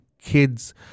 kids